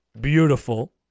beautiful